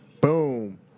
Boom